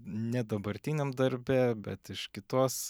ne dabartiniam darbe bet iš kitos